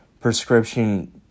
prescription